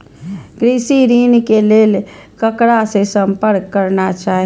कृषि ऋण के लेल ककरा से संपर्क करना चाही?